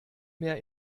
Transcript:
mehr